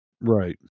Right